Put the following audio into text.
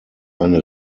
eine